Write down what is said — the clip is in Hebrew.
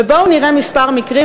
בואו נראה כמה מקרים,